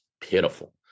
pitiful